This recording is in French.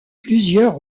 plusieurs